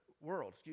world